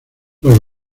los